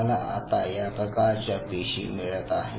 मला आता या प्रकारच्या पेशी मिळत आहेत